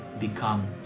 become